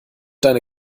deine